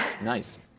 Nice